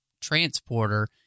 transporter